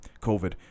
COVID